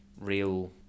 real